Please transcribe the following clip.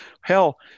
hell